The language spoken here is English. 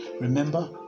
Remember